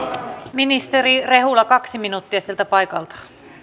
ministeri rehula kaksi minuuttia sieltä paikaltaan